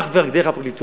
אך ורק דרך הפרקליטות,